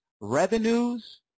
revenues